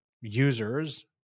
users